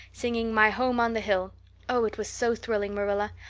singing my home on the hill oh, it was so thrilling, marilla.